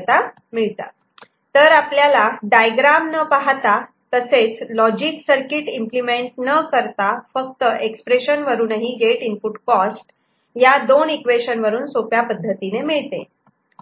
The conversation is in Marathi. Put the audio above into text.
N तर आपल्याला डायग्राम न पाहता तसेच लॉजिक सर्किट इम्प्लिमेंट न करता फक्त एक्सप्रेशन वरूनही गेट इनपुट कॉस्ट या दोन इक्वेशन्स वरून सोप्या पद्धतीने मिळते